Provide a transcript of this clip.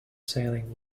sailing